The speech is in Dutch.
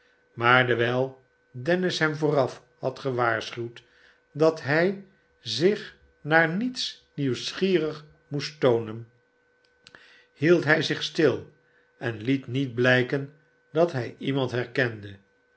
maar dewijl dennis hem vooraf had gewaarschuwd dat hij zich naar niets nieuwsgierjg moest toonen hield hij zich stil en liet niet blijken dat hij iemand herkende